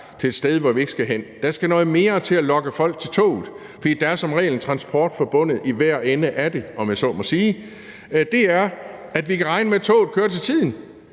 til et sted, hvor vi ikke skal hen – der skal noget mere til at lokke folk til toget, fordi der som regel er en transport forbundet med det i hver ende af det, om jeg så må sige – er, at vi kan regne med, at toget kører til tiden.